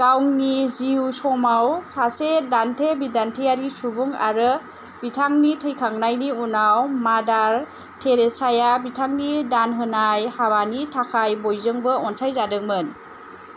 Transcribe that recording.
गावनि जिउ समाव सासे दान्थे बिदान्थेयारि सुबुं आरो बिथांनि थैखांनायनि उनाव मादार टेरैसाया बिथांनि दानहोनाय हाबानि थाखाय बयजोंबो अनसाइजादोंमोन